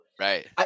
Right